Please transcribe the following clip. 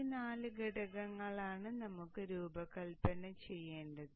ഈ നാല് ഘടകങ്ങളാണ് നമുക്ക് രൂപകല്പന ചെയ്യേണ്ടത്